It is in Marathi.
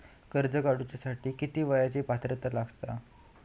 कर्ज काढूसाठी किती वयाची पात्रता असता?